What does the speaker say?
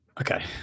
okay